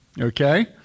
Okay